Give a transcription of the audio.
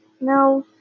No